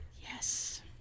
Yes